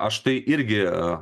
aš tai irgi